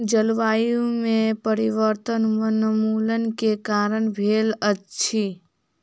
जलवायु में परिवर्तन वनोन्मूलन के कारण भेल अछि